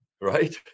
Right